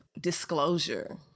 Disclosure